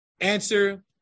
Answer